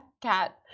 cat